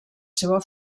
seva